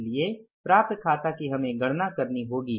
इसलिए प्राप्य खाता की हमें गणना करनी होगी